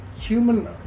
human